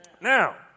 Now